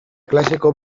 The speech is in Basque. klaseko